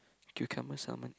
cucumber salmon